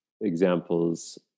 examples